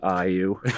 IU